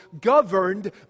governed